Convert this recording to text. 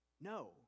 No